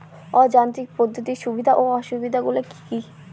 অযান্ত্রিক পদ্ধতির সুবিধা ও অসুবিধা গুলি কি কি?